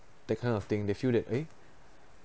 that kind of thing they feel that eh